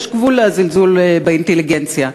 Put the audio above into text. יש גבול לזלזול באינטליגנציה.